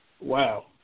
wow